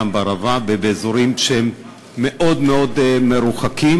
גם בערבה ובאזורים שהם מאוד מאוד מרוחקים